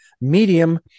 medium